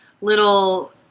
little